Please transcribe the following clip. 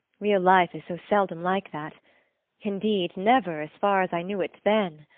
real life is so seldom like that indeed never, as far as i knew it then.